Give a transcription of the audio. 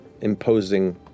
imposing